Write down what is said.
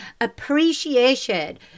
Appreciation